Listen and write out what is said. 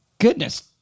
goodness